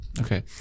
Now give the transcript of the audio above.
Okay